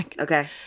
okay